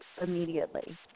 immediately